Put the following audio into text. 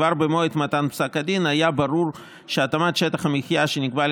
כבר במועד מתן פסק הדין היה ברור שהתאמת שטח המחיה שנקבעה